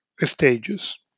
stages